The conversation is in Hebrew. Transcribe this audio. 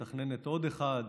מתכננת עוד אחד,